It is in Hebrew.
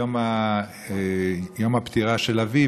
היום יום הפטירה של אבי,